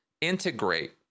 integrate